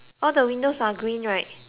green right